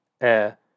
air